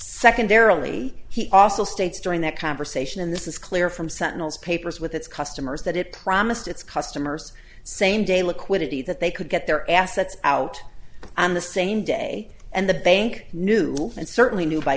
secondarily he also states during that conversation and this is clear from centinels papers with its customers that it promised its customers same day liquidity that they could get their assets out and the same day and the bank knew and certainly knew by